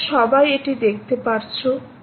তাহলে সবাই এটি দেখতে পারছো